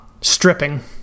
stripping